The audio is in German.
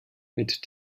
mit